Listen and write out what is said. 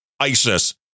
ISIS